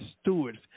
stewards